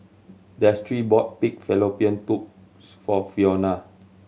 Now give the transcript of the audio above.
Destry bought pig fallopian tubes for Fiona